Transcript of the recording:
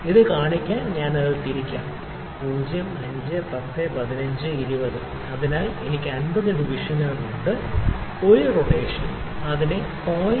അത് കാണിക്കാൻ ഞാൻ അത് തിരിക്കും 0 5 10 15 20 അതിനാൽ എനിക്ക് 50 ഡിവിഷനുകളുണ്ട് ഒരു റൊട്ടേഷൻ അതിനെ 0